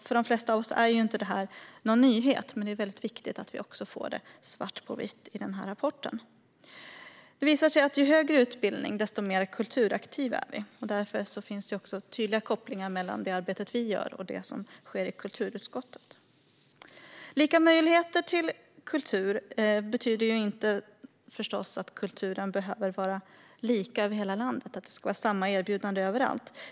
För de flesta av oss är detta ingen nyhet, men det är viktigt att vi får det svart på vitt i rapporten. Det visar sig att ju högre utbildning vi har, desto mer kulturaktiva är vi. Därför finns det tydliga kopplingar mellan det arbete som vi gör och det som sker i kulturutskottet. Lika möjligheter till kultur betyder inte att kulturen behöver vara lika över hela landet, att det ska vara samma erbjudande överallt.